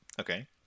Okay